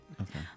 Okay